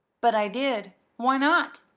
but i did. why not?